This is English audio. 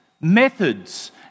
methods